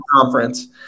conference